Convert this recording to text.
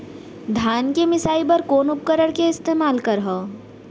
धान के मिसाई बर कोन उपकरण के इस्तेमाल करहव?